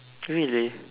really